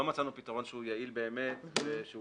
לא מצאנו פתרון שהוא יעיל באמת ושלא